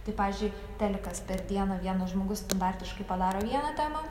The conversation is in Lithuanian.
tai pavyzdžiui telikas per dieną vienas žmogus standartiškai padaro vieną temą